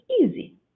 easy